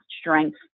strength